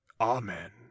Amen